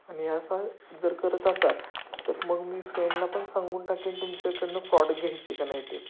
आणि असा जर करत असाल तर मग मी फ्रेंडला पण सांगू टाकीन तुमच्याकडनं फॉडक घ्यायची का नाही ते